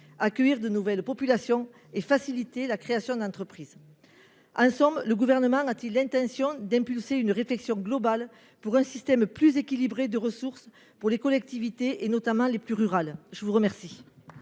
accueillir de nouvelles populations et faciliter la création d'entreprise, en somme, le gouvernement a-t-il l'intention d'impulser une réflexion globale pour un système plus équilibré de ressources pour les collectivités, et notamment les plus rurales, je vous remercie.